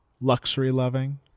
luxury-loving